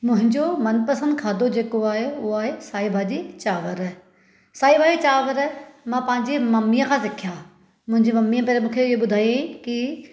मुंहिंजो मनपसंदि खादो जेको आहे उहो आहे साई भाॼी चांवर साईं भाॼी चांवर मां पंहिंजी मम्मीअ खां सिखियां मुंहिंजी मम्मीअ पहिरियों मूंखे ये ॿुधायईं की